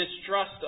distrust